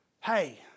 Hey